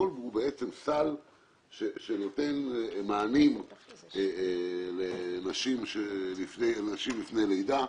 הכול הוא בעצם סל שנותן מענים לנשים לפני לידה,